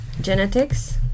genetics